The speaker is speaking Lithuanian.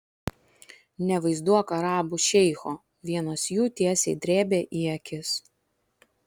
nevaizduok arabų šeicho vienas jų tiesiai drėbė į akis